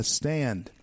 stand